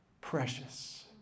precious